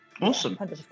Awesome